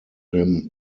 him